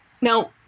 now